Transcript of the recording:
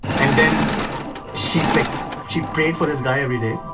and then she like she prayed for this guy every day,